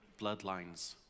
bloodlines